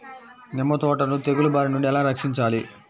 నిమ్మ తోటను తెగులు బారి నుండి ఎలా రక్షించాలి?